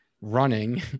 running